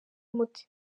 muti